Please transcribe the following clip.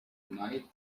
unite